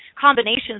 combinations